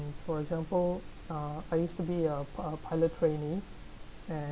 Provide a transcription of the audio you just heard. for example uh I used to be a pi~ pilot trainee